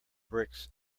bricks